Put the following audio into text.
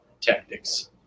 tactics